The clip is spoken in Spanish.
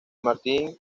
martin